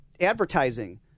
advertising